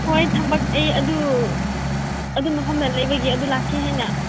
ꯍꯣꯏ ꯊꯕꯛ ꯑꯩ ꯑꯗꯨ ꯑꯗꯨ ꯃꯐꯝꯗ ꯂꯩꯕꯒꯤ ꯑꯗꯨ ꯂꯥꯛꯀꯦ ꯍꯥꯏꯅ